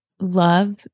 love